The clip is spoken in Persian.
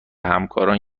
همکاران